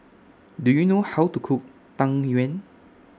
Do YOU know How to Cook Tang Yuen